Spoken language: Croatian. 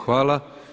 Hvala.